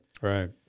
Right